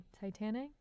Titanic